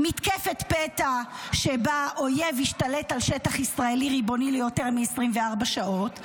מתקפת פתע שבה אויב השתלט על שטח ישראלי ריבוני ליותר מ-24 שעות,